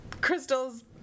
crystals